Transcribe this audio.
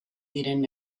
diren